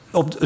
op